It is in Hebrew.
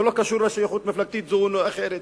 זה לא קשור לשייכות מפלגתית כזאת או אחרת.